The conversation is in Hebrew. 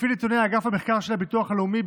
לפי נתוני אגף המחקר של הביטוח הלאומי,